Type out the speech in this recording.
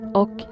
och